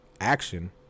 action